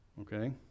Okay